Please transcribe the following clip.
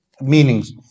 meanings